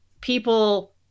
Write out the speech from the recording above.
people